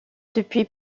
depuis